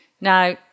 Now